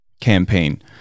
campaign